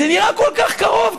זה נראה כל כך קרוב.